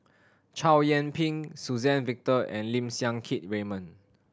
Chow Yian Ping Suzann Victor and Lim Siang Keat Raymond